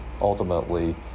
ultimately